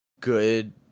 good